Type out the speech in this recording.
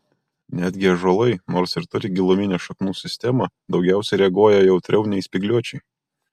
netgi ąžuolai nors ir turi giluminę šaknų sistemą daugiausiai reaguoja jautriau nei spygliuočiai